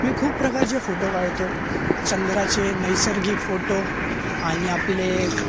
मी खूप प्रकारचे फोटो काढतो चंद्राचे नैसर्गिक फोटो आणि आपले